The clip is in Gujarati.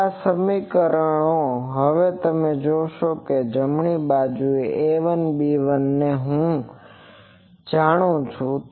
હવે આ સમીકરણો હવે તમે જોશો કે જમણી બાજુની બાજુએ A1 B1 ને હું જાણું છું